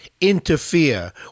interfere